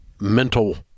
mental